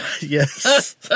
Yes